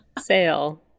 sale